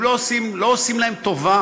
הם, לא עושים להם טובה.